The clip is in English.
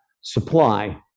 supply